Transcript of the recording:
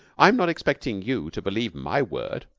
i'm not expecting you to believe my word.